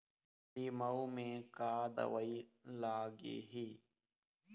लिमाऊ मे का दवई लागिही?